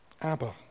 Abba